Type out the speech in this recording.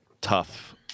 tough